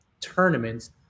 tournaments